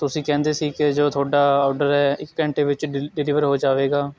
ਤੁਸੀ ਕਹਿੰਦੇ ਸੀ ਕਿ ਜੋ ਤੁਹਾਡਾ ਔਡਰ ਹੈ ਇੱਕ ਘੰਟੇ ਵਿੱਚ ਡਿਲ ਡਿਲੀਵਰ ਹੋ ਜਾਵੇਗਾ